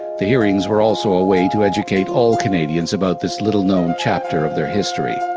the hearings were also a way to educate all canadians about this little-known chapter of their history.